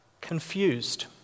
confused